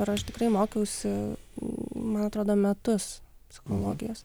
ir aš tikrai mokiausi man atrodo metus psichologijos